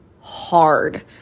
hard